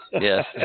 Yes